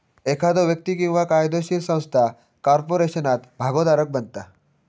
एखादो व्यक्ती किंवा कायदोशीर संस्था कॉर्पोरेशनात भागोधारक बनता